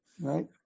Right